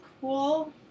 cool